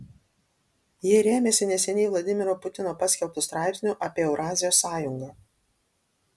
jie rėmėsi neseniai vladimiro putino paskelbtu straipsniu apie eurazijos sąjungą